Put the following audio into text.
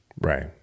Right